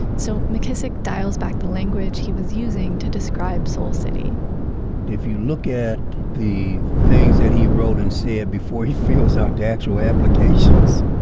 so mckissick dials back the language he was using to describe soul city if you look at the things that he wrote and said before he fills out the actual applications,